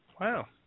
Wow